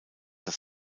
das